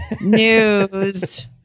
news